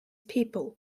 people